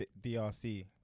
DRC